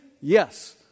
Yes